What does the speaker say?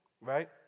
Right